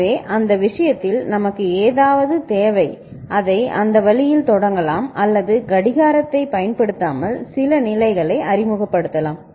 எனவே அந்த விஷயத்தில் நமக்கு ஏதாவது தேவை அதை அந்த வழியில் தொடங்கலாம் அல்லது கடிகாரத்தைப் பயன்படுத்தாமல் சில நிலைகளை அறிமுகப்படுத்தலாம்